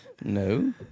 No